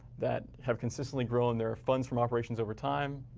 that have consistently grown their funds from operations over time,